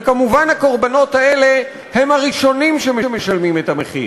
וכמובן הקורבנות האלה הם הראשונים שמשלמים את המחיר.